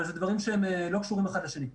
אבל זה דברים שלא קשורים אחד לשני.